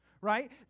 right